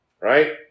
right